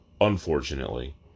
Unfortunately